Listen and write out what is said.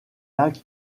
lacs